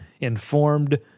informed